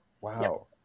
wow